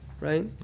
right